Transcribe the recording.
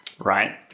right